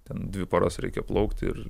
ten dvi paras reikia plaukti ir